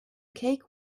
cake